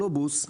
הגלובוס,